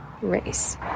race